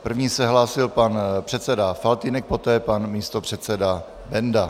První se hlásil pan předseda Faltýnek, poté pan místopředseda Benda.